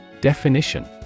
Definition